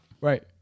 Right